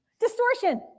distortion